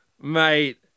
mate